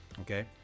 okay